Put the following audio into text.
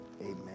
Amen